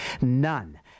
None